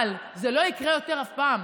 אבל זה לא יקרה יותר אף פעם,